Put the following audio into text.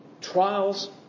trials